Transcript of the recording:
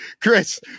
Chris